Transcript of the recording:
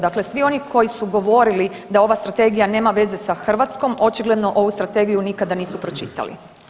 Dakle, svi oni koji su govorili da ova strategija nema veze sa Hrvatskom očigledno ovu strategiju nikada nisu pročitali.